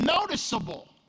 noticeable